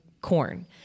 corn